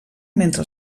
mentre